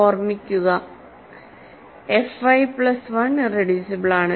ഓർമ്മിക്കുക fy plus 1 irreducible ആണ്